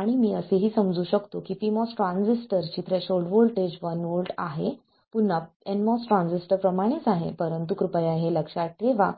आणि मी असेही समजू शकतो की pMOS ट्रान्झिस्टरची थ्रेशोल्ड व्होल्टेज 1 V आहे पुन्हा nMOS ट्रान्झिस्टर प्रमाणेच आहे परंतु कृपया हे लक्षात ठेवा